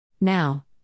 Now